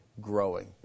growing